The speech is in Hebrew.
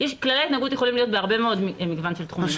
כללי התנהגות יכולים להיות במגוון גדול של תחומים.